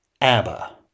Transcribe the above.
ABBA